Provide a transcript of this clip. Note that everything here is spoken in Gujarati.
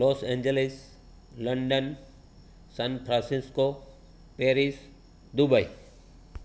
loss Angeles London San Francisco Paris Dubai